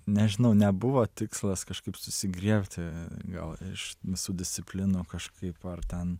nežinau nebuvo tikslas kažkaip susigriebti gal iš visų disciplinų kažkaip ar ten